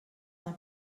d’un